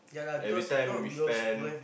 everytime we spend